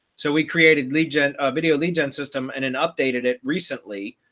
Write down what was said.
so we created lead gen ah video lead gen system and an updated it recently,